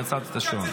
עצרתי את השעון.